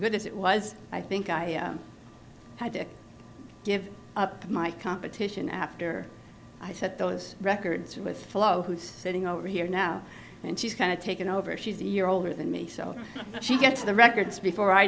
good as it was i think i had to give up my competition after i set those records with flo who's sitting over here now and she's kind of taken over she's a year older than me so she gets the records before i